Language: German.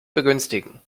begünstigen